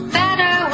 better